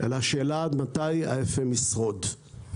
אלא שאלה עד מתי ה-FM ישרוד.